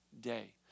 day